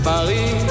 Paris